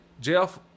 Jeff